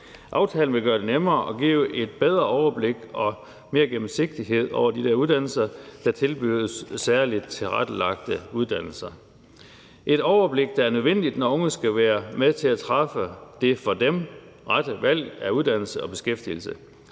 Aftalen vil gøre det nemmere og give et bedre overblik og mere gennemsigtighed med hensyn til de uddannelsessteder, der tilbyder særligt tilrettelagte uddannelser. Det er et overblik, der er nødvendigt, når unge skal være med til at træffe det for dem rette valg af uddannelse og beskæftigelse.